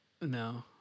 No